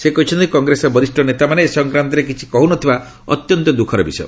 ସେ କହିଛନ୍ତି କଂଗ୍ରେସର ବରିଷ୍ଣ ନେତାମାନେ ଏ ସଂକ୍ରାନ୍ତରେ କିଛି କହୁନଥିବା ଅତ୍ୟନ୍ତ ଦୁଃଖର ବିଷୟ